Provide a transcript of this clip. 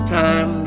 time